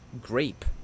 grape